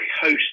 host